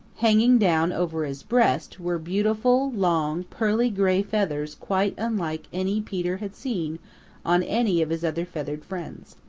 hanging down over his breast were beautiful long pearly-gray feathers quite unlike any peter had seen on any of his other feathered friends.